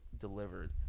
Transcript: delivered